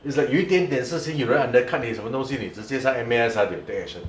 it's like 有一点点事情有人 undercut 你什么东西你直接在 M_A_S ah they will take action